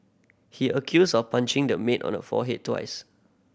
he accused of punching the maid on her forehead twice